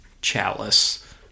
chalice